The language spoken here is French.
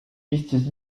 pistes